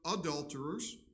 adulterers